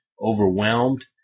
Overwhelmed